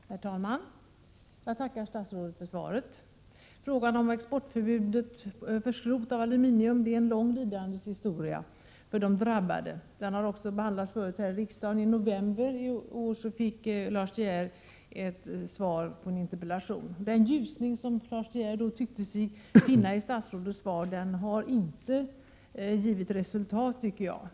Herr talman! Jag tackar statsrådet för svaret. Frågan om förbud mot export av aluminiumskrot är en lång lidandes historia för de drabbade. Den har också behandlats här i riksdagen förut. I november förra året fick Lars De Geer svar på en interpellation. Den ljusning som Lars De Geer tyckte sig se i svaret har enligt min mening inte resulterat i någonting.